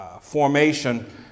formation